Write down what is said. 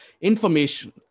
information